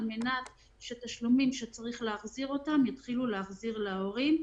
על מנת שאת התשלומים שצריך להחזיר יתחילו להחזיר להורים.